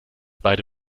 beide